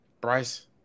Bryce